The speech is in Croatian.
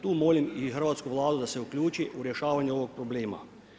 Tu molim i Hrvatsku vladu da se uključi u rješavanju ovog problema.